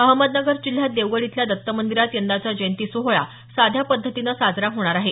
अहमदनगर जिल्ह्यात देवगड इथल्या दत्त मंदिरात यंदाचा जयंती सोहळा सध्या पद्धतीने साजरा होणार आहे